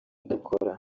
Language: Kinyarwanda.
dukora